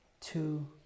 two